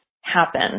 happen